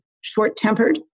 short-tempered